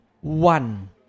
one